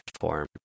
form